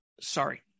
Sorry